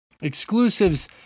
Exclusives